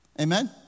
Amen